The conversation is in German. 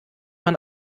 man